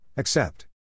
Accept